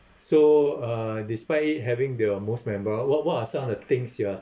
so uh despite having the most memorable what what are some of the things you are